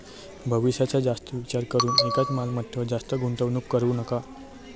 भविष्याचा जास्त विचार करून एकाच मालमत्तेवर जास्त गुंतवणूक करू नका